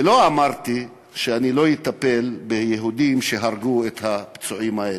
ולא אמרתי שאני לא אטפל ביהודים שהרגו את הפצועים האלה.